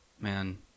man